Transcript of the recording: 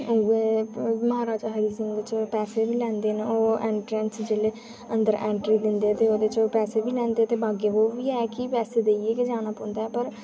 ते महाराजा हरि सिंह च पैसे बी लैंदे न ओह् जेल्लै अंदर एैंट्री करदे न ओह्दे च पैसे बी लैंदे ते बागे बाहु च बी ऐ की पैसे देइयै गै जाना पौंदा ऐ पर